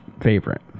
favorite